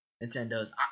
Nintendo's